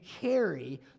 carry